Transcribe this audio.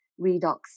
redox